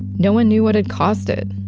no one knew what had caused it.